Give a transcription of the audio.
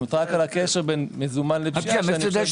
רק על הקשר בין מזומן לפשיעה.